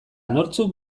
nortzuk